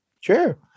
Sure